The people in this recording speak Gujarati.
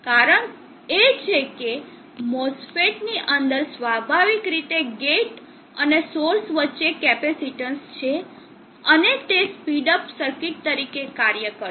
કારણ એ છે કે MOSFET ની અંદર સ્વાભાવિક રીતે ગેટ અને સોર્સ વચ્ચે કેપેસીત્ન્સ છે અને તે સ્પીડ અપ સર્કિટ તરીકે કાર્ય કરશે